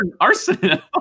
Arsenal